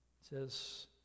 says